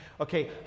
Okay